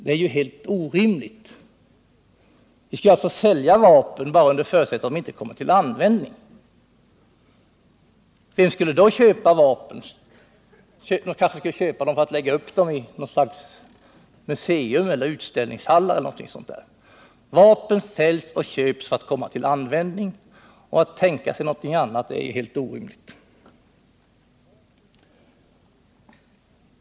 Det är ju helt orimligt. Vi skall alltså sälja vapen bara under förutsättning att de inte kommer till användning. Vem skulle då köpa vapnen? Skulle man köpa dem för att lägga upp dem i något slags museum eller utställningshall? Vapen säljs och köps för att komma till användning, och att tänka sig någonting annat är helt orimligt.